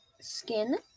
skin